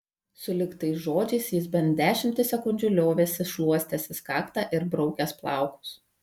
sulig tais žodžiais jis bent dešimtį sekundžių liovėsi šluostęsis kaktą ir braukęs plaukus